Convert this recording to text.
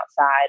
outside